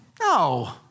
No